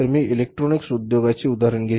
मी electronics उद्योगाचे उदाहरण घेईन